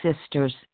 sisters